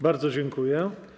Bardzo dziękuję.